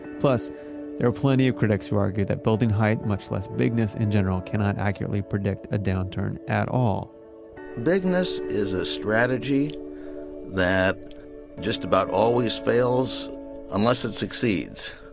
plus there are plenty of critics who argue that building height much less bigness, in general, cannot accurately predict a downturn at all bigness is a strategy that just about always fails unless it succeeds.